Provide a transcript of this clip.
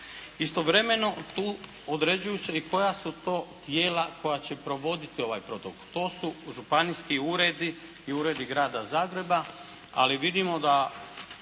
Istovremeno, tu određuju se i koja su to tijela koja će provoditi ovaj protokol. To su županijski uredi i uredi grada Zagreba. Ali vidimo da